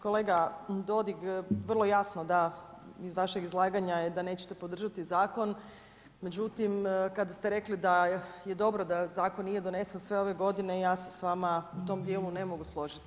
Kolega Dodig, vrlo jasno da iz vašeg izlaganja je da neće podržati zakon međutim kad ste rekli da je dobro da zakon nije donesen sve ove godine, ja se s vama u tom dijelu ne mogu složiti.